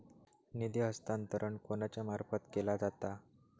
निधी हस्तांतरण कोणाच्या मार्फत केला जाता?